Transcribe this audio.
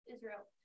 Israel